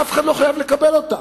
אף אחד לא חייב לקבל אותה,